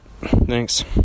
Thanks